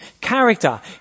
character